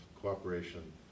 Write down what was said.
cooperation